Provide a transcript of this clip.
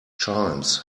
chimes